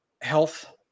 health